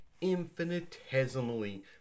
infinitesimally